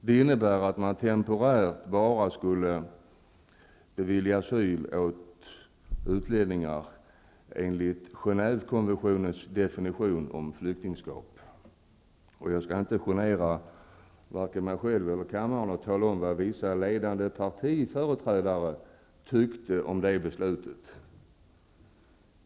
Det innebar att man temporärt skulle bevilja asyl bara för flyktingar enligt Jag skall inte genera vare sig mig själv eller kammaren genom att tala om vad vissa ledande partiföreträdare tyckte om det beslutet.